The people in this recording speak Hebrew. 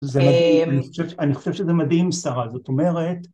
אני חושב שזה מדהים שרה זאת אומרת